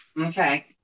Okay